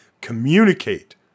communicate